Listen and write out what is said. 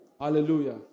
Hallelujah